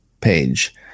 page